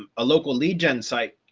um a local lead gen site,